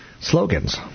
slogans